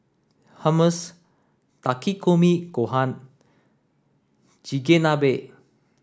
Hummus Takikomi Gohan Chigenabe